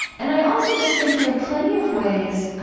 and i also just think there are plenty of ways,